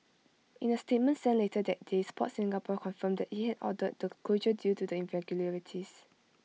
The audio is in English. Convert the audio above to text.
in A statement sent later that day Sport Singapore confirmed that IT had ordered the closure due to the irregularities